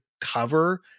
cover